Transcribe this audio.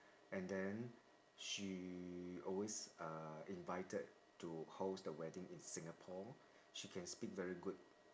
and then she always uh invited to host the wedding in singapore she can speak very good